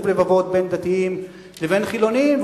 קירוב לבבות בין דתיים לבין חילונים,